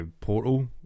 Portal